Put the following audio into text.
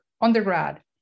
undergrad